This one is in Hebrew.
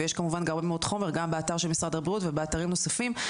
ויש כמובן גם המון המון חומר גם באתר של משרד הבריאות ובאתרים נוספים.